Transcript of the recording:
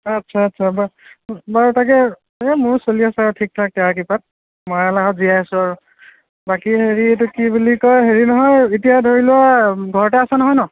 আচ্ছা আচ্ছা বাৰু তাকে এই মোৰো চলি আছে আৰু ঠিক ঠাক তেৰাৰ কৃপাত মৰা এলাহত জীয়াই আছো আৰু বাকী হেৰি এইটো কি বুলি কয় হেৰি নহয় এতিয়া ধৰি লোৱা ঘৰতে আছা নহয় ন